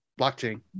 blockchain